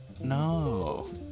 No